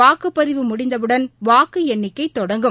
வாக்குப்பதிவு முடிந்தவுடன் வாக்குஎண்ணிக்கைதொடங்கும்